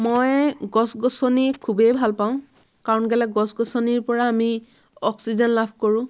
মই গছ গছনি খুবেই ভাল পাওঁ কাৰণ কেলৈ গছ গছনিৰ পৰা আমি অক্সিজেন লাভ কৰোঁ